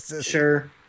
Sure